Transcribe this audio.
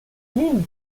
glin